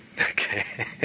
okay